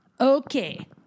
Okay